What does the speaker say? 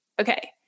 Okay